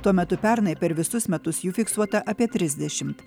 tuo metu pernai per visus metus jų fiksuota apie trisdešimt